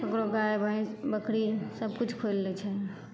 ककरो गाय भैंस बकरी सबकिछु खोलि लै छै